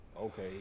okay